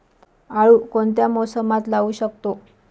आळू कोणत्या मोसमात लावू शकतो?